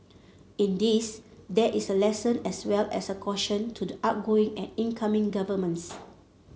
in this there is a lesson as well as a caution to the outgoing and incoming governments